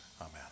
Amen